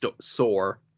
sore